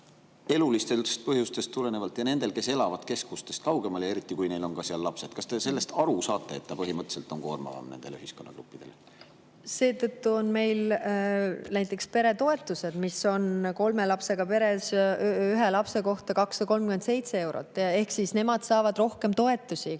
elulistest põhjustest tulenevalt, ja nendele, kes elavad keskustest kaugemal, eriti kui neil on ka lapsed? Kas te saate aru sellest, et see on põhimõtteliselt koormavam nendele ühiskonnagruppidele? Seetõttu on meil näiteks peretoetused, mis on kolme lapsega peres ühe lapse kohta 237 eurot, ehk need pered saavad rohkem toetusi